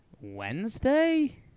wednesday